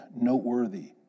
noteworthy